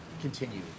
continue